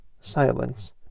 silence